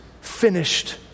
finished